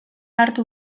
hartu